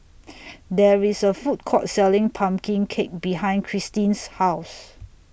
There IS A Food Court Selling Pumpkin Cake behind Christeen's House